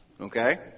okay